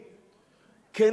כן,